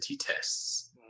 tests